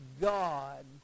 God